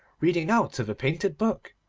reading out of a painted book.